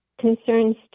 concerns